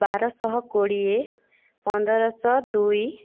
ବାରଶହ କୋଡ଼ିଏ ପନ୍ଦରଶହ ଦୁଇ